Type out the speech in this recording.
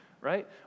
right